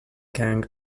gang